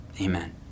amen